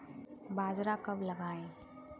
बाजरा कब लगाएँ?